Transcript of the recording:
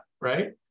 right